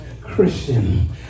Christian